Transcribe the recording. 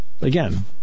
Again